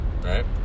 Right